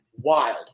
wild